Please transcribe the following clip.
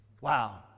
Wow